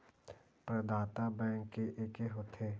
प्रदाता बैंक के एके होथे?